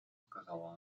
сказала